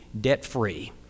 debt-free